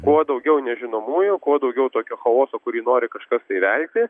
kuo daugiau nežinomųjų kuo daugiau tokio chaoso kurį nori kažkas tai įvelti